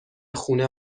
خونه